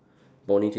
ponytail